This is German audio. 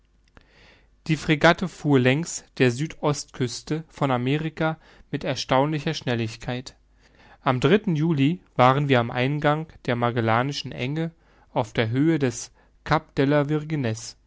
die fregatte fuhr längs der süd ostküste von amerika mit erstaunlicher schnelligkeit am juli waren wir am eingang der magellanischen enge auf der höhe des cap